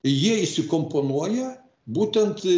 jie įsikomponuoja būtent